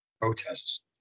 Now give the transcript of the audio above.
protests